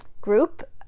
group